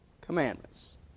commandments